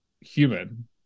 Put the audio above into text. human